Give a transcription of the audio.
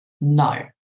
no